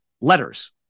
letters